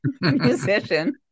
musician